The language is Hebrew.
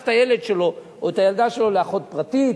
את הילד שלו או את הילדה שלו לאחות פרטית.